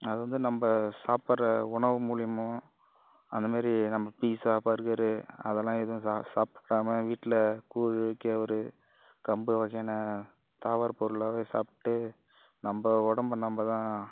அது வந்து நம்ப சாப்பிட்ற உணவு மூலயமோ அந்த மாரி நம்ப பீஸா பர்கரு அதெல்லாம் எதுவும் சா சாப்பிடாம வீட்டில் கூழ் கேவுரு கம்பு வகையான தாவரப்பொருளாகவே சாப்பிட்டு நம்ப உடம்பை நம்ப தான்